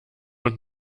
und